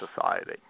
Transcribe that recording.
Society